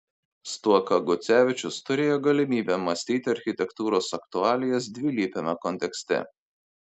stuoka gucevičius turėjo galimybę mąstyti architektūros aktualijas dvilypiame kontekste